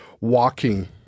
walking